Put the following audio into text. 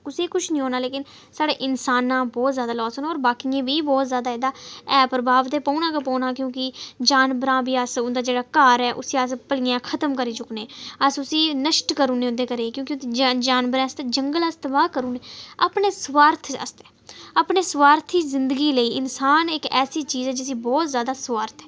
कुसे कुछ निं होना लेकिन साढ़ा इंसानां बोह्त जैदा लास होना और बाकियें बी बोह्त जैदा ऐ प्रभाव ते एह्दा पौना ही पौना क्योंकि जानवरां बी अस ओह्दा जेह्ड़ा घर ऐ उस्सी अस भलेआं खत्म करी चुकने अस उस्सी नश्ट करुने उंदे घरे क्योंकि जानवरे आस्तै जंगल अस तवाह करुनें अपने स्वार्थ आस्तै अपनी स्वार्थी जिंदगी लेई इंसान इक ऐसी चीज ऐ जिस्सी बोह्त जैदा स्वार्थ ऐ